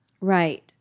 Right